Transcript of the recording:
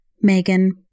Megan